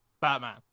Batman